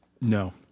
No